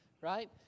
right